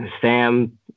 Sam